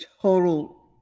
total